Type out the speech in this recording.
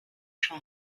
się